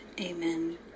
Amen